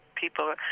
People